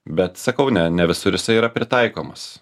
bet sakau ne ne visur jisai yra pritaikomas